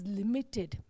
limited